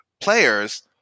players